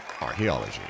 Archaeology